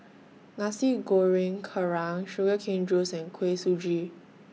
Nasi Goreng Kerang Sugar Cane Juice and Kuih Suji